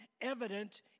evident